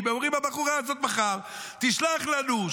ואומרים: הבחורה הזאת מחר תשלח לנו,